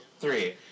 three